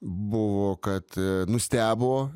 buvo kad nustebo